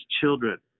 children